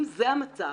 אם זה המצב,